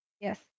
Yes